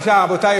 רבותי,